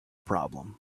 problem